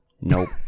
Nope